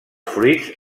fruits